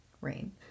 Rain